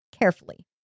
carefully